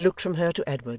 he looked from her to edward,